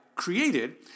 created